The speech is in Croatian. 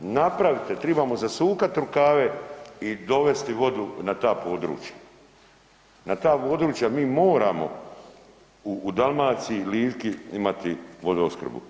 Napravite, tribamo zasukat rukave i dovesti vodu na ta područja, na ta područja mi moramo u Dalmaciji, Liki imati vodoopskrbu.